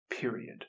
Period